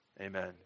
Amen